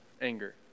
anger